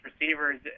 receivers